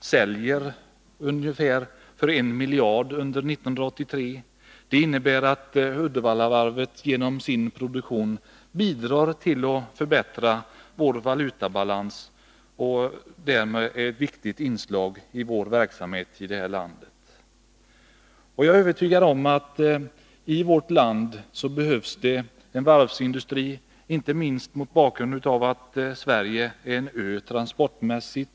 säljer för ungefär 1 miljard kronor under 1983. Det innebär att Uddevallavarvet genom sin produktion bidrar till att förbättra vår valutabalans och därmed är ett viktigt inslag i verksamheten i landet. Jag är övertygad om att det i vårt land behövs en varvsindustri, inte minst mot bakgrund av att Sverige är en ö transportmässigt.